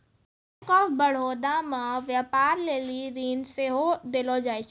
bank of Baroda मे व्यपार लेली ऋण सेहो देलो जाय छै